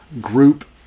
group